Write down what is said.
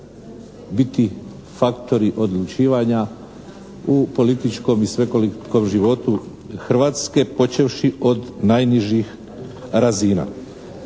biti faktori odlučivanja u političkom i svekolikom životu Hrvatske počevši od najnižih razina.